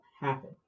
happen